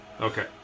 Okay